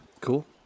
Cool